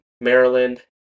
Maryland